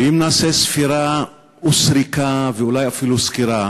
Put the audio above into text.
ואם נעשה ספירה וסריקה, ואולי אפילו סקירה,